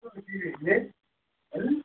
को हो टिभी हेर्ने हँ